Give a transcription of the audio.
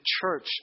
church